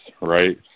right